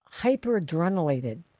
hyperadrenalated